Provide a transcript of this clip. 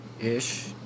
ish